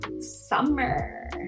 summer